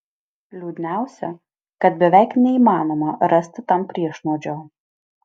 liūdniausia kad beveik neįmanoma rasti tam priešnuodžio